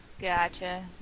Gotcha